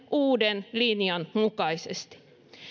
uuden linjansa mukaisesti